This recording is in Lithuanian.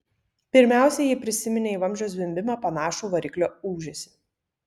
pirmiausia ji prisiminė į vabzdžio zvimbimą panašų variklio ūžesį